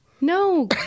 No